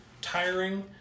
tiring